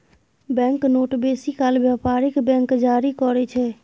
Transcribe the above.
bank note बेसी काल बेपारिक बैंक जारी करय छै